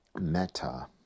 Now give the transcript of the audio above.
Meta